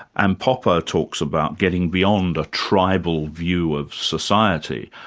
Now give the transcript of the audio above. and popper talks about getting beyond a tribal view of society,